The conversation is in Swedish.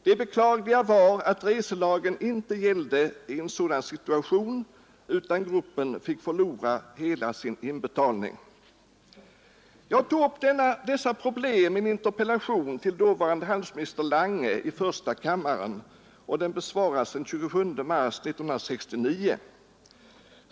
Det beklagliga var att reselagen inte gällde i en sådan situation, utan att gruppen förlorade hela sin inbetalning. Jag tog upp dessa problem i en interpellation till dåvarande handelsminister Lange i första kammaren, och den besvarades den 27 mars 1969.